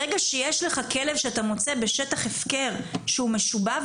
ברגע שיש לך כלב שאתה מוצא בשטח הפקר שהוא משובב,